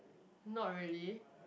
not really